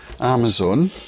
Amazon